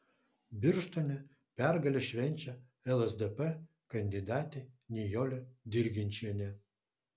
birštone pergalę švenčia lsdp kandidatė nijolė dirginčienė